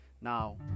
Now